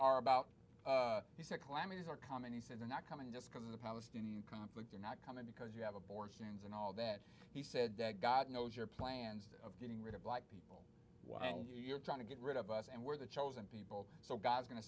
are about he said clam is our common he said they're not coming just because of the palestinian conflict they're not coming because you have abortions and all that he said that god knows your plans of getting rid of black people while you're trying to get rid of us and we're the chosen people so god is go